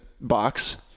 box